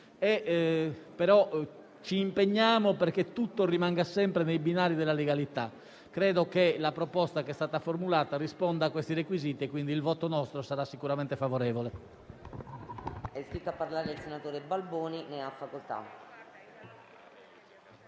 Ci impegniamo perché tutto rimanga sempre nei binari della legalità. Credo che la proposta formulata risponda a questi requisiti e quindi il nostro voto sarà sicuramente favorevole.